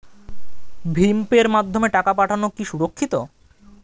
ভিম পের মাধ্যমে টাকা পাঠানো কি সুরক্ষিত?